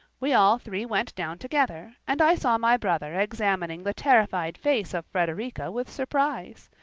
we all three went down together and i saw my brother examining the terrified face of frederica with surprize.